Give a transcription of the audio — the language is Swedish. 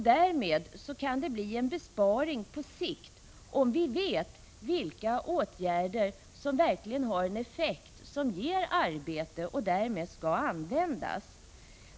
Det kan bli en besparing på sikt om vi vet vilka åtgärder som verkligen har en effekt, som ger arbete och därmed skall användas.